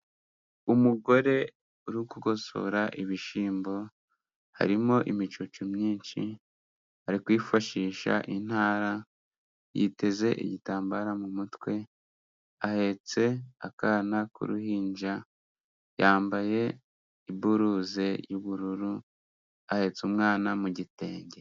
Umugore uri kugosora ibishyimbo, harimo imicucu myinshi ari kwifashisha intara, yiteze igitambaro mu mutwe ahetse akana k'uruhinja, yambaye iburuze y'ubururu, ahetse umwana mu gitenge.